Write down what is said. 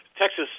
Texas